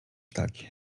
tak